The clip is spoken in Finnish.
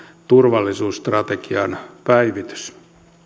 turvallisuusstrategian päivitys